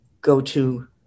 go-to